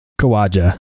Kawaja